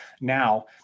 now